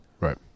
Right